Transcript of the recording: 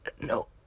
no